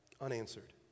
unanswered